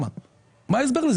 מה ההסבר לזה?